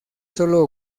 solo